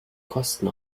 kosten